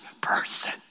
person